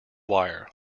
wire